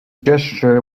gesture